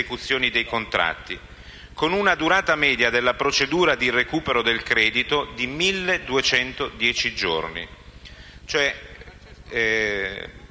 con una durata media delle procedure di recupero del credito di 1.210 giorni;